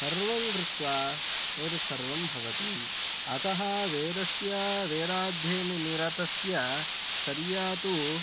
सर्वं कृत्वा एतत् सर्वं भवति अतः वेदस्य वेदाध्ययने निरतस्य चर्या तु